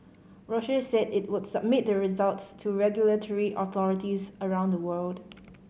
Roche said it would submit the results to regulatory authorities around the world